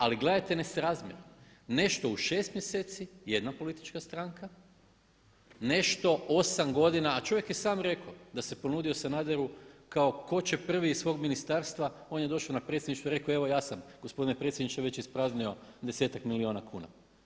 Ali gledajte nesrazmjer, nešto u 6 mjeseci – jedna politička stranka, nešto 8 godina, a čovjek je sam rekao da se ponudio Sanaderu kao tko će prvi iz svog ministarstva, on je došao na predsjedništvo i rekao evo ja sam gospodine predsjedniče već ispraznio 10-ak milijuna kuna.